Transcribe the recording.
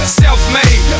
self-made